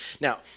Now